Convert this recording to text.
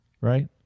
right